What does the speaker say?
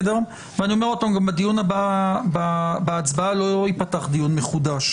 אני אומר עוד פעם, בהצבעה לא ייפתח דיון מחודש.